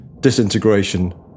Disintegration